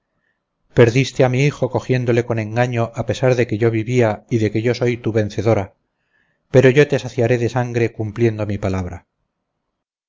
perdiste a mi hijo cogiéndole con engaño a pesar de que yo vivía y de que yo soy tu vencedora pero yo te saciaré de sangre cumpliendo mi palabra